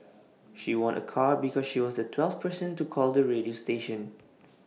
she won A car because she was the twelfth person to call the radio station